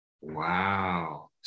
Wow